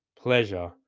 Pleasure